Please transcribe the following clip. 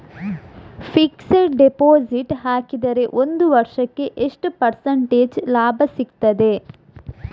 Fixed deposit ಹಾಕಿದರೆ ಒಂದು ವರ್ಷಕ್ಕೆ ಎಷ್ಟು ಪರ್ಸೆಂಟೇಜ್ ಬಡ್ಡಿ ಲಾಭ ಸಿಕ್ತದೆ?